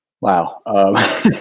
Wow